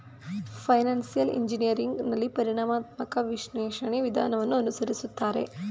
financial engineering ನಲ್ಲಿ ಪರಿಣಾಮಾತ್ಮಕ ವಿಶ್ಲೇಷಣೆ ವಿಧಾನವನ್ನು ಅನುಸರಿಸುತ್ತಾರೆ